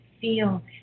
feel